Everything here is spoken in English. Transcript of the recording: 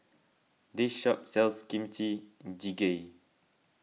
this shop sells Kimchi Jjigae